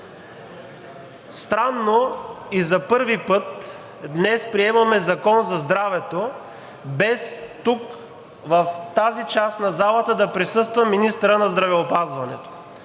Странно и за първи път днес приемаме Закон за здравето, без тук, в тази част на залата, да присъства министърът на здравеопазването,